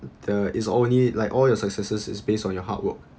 uh is only like all your successes is based on your hard work